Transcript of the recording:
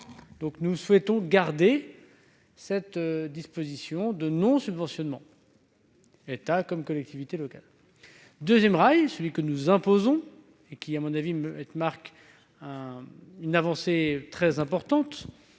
Nous souhaitons conserver ce principe de non-subventionnement par l'État et les collectivités locales. Le second rail, celui que nous imposons et qui, à mon avis, marque une avancée très importante